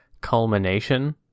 culmination